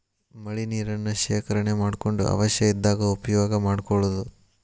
ಮಳಿ ನೇರನ್ನ ಶೇಕರಣೆ ಮಾಡಕೊಂಡ ಅವಶ್ಯ ಇದ್ದಾಗ ಉಪಯೋಗಾ ಮಾಡ್ಕೊಳುದು